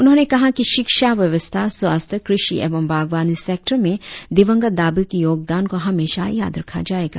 उन्होंने कहा कि शिक्षा व्यवस्था स्वास्थ्य कृषि एवं बागवानी सेक्टरों में दिवंगत दाबी की योगदान को हमेशा याद रखा जाएगा